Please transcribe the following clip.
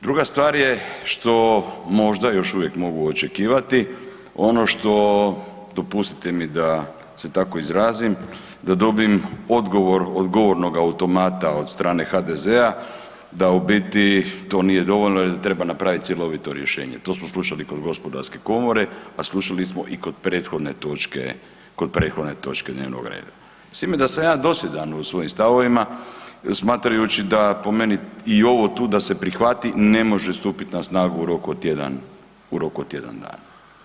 Druga stvar je što možda još uvijek mogu očekivati ono što, dopustite mi da se tako izrazim, da dobim odgovor od govornog automata od strane HDZ-a da u biti to nije dovoljno da treba napravit cjelovito rješenje, to smo slušali kod gospodarske komore, a slušali smo i kod prethodne točke, kod prethodne točke dnevnog reda s time da sam ja dosljedan u svojim stavovima smatrajući da po meni i ovo tu da se prihvati ne može stupit na snagu u roku od tjedan, u roku od tjedan dana.